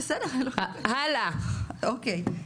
אוקיי.